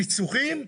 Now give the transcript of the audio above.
פיצוחים?